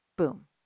boom